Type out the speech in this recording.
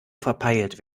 verpeilt